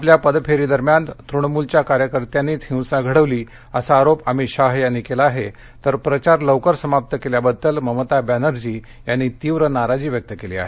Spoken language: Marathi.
आपल्या पदफेरीदरम्यान तृणमूलघ्या कार्यकर्त्यांनीच हिंसा घडवली असा आरोप अमित शाह यांनी केला आहे तर प्रचार लवकर समाप्त केल्याबद्दल ममता बॅनर्जी यांनी तीव्र नाराजी व्यक्त केली आहे